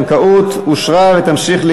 הבנקאות (שירות ללקוח) (תיקון מס' 19),